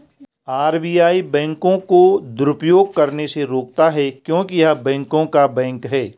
RBI बैंकों को दुरुपयोग करने से रोकता हैं क्योंकि य़ह बैंकों का बैंक हैं